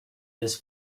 this